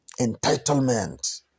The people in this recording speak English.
Entitlement